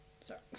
Sorry